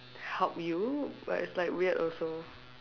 help you but it's like weird also